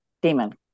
demon